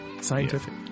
Scientific